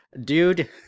dude